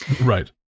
Right